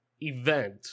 event